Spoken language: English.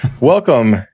Welcome